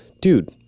dude